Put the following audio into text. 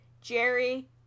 Jerry